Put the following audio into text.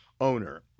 owner